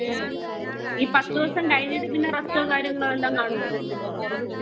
okay ഈ പത്തു ദിവസം കഴിഞ്ഞിട്ട് പിന്നെ റെസ്റ്റോ കാര്യങ്ങളോ വല്ലതും കാണുമോ